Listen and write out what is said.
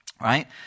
Right